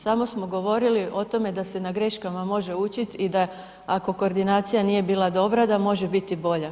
Samo smo govorili o tome da se na greškama može učiti i da ako koordinacija nije bila dobra da može biti bolja.